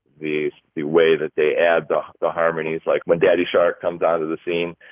the the way that they add the the harmonies like when daddy shark comes onto the scene.